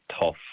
tough